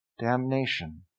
damnation